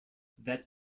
that